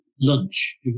lunch